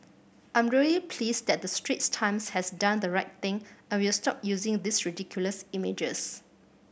I'm really pleased that the Straits Times has done the right thing and will stop using these ridiculous images